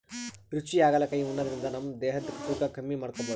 ರುಚಿ ಹಾಗಲಕಾಯಿ ಉಣಾದ್ರಿನ್ದ ನಮ್ ದೇಹದ್ದ್ ತೂಕಾ ಕಮ್ಮಿ ಮಾಡ್ಕೊಬಹುದ್